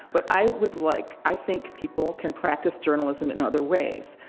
but i would like i think people can practice journalism in other ways.